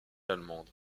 allemandes